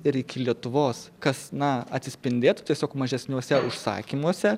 ir iki lietuvos kas na atsispindėtų tiesiog mažesniuose užsakymuose